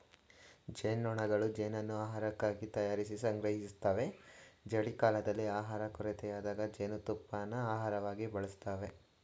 ಜೇನ್ನೊಣಗಳು ಜೇನನ್ನು ಆಹಾರಕ್ಕಾಗಿ ತಯಾರಿಸಿ ಸಂಗ್ರಹಿಸ್ತವೆ ಚಳಿಗಾಲದಲ್ಲಿ ಆಹಾರ ಕೊರತೆಯಾದಾಗ ಜೇನುತುಪ್ಪನ ಆಹಾರವಾಗಿ ಬಳಸ್ತವೆ